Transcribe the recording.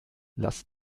lass